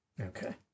okay